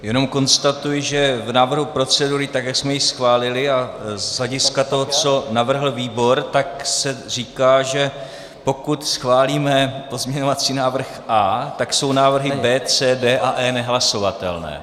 Jenom konstatuji, že v návrhu procedury, tak jak jsme ji schválili, a z hlediska toho, co navrhl výbor, tak se říká, že pokud schválíme pozměňovací návrh A, tak jsou návrhy B, C, D a E nehlasovatelné.